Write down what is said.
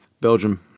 Belgium